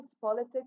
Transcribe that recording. politics